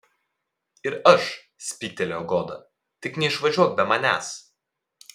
ir aš spygtelėjo goda tik neišvažiuok be manęs